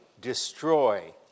destroy